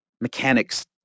mechanics